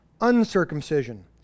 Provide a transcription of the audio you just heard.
uncircumcision